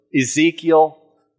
Ezekiel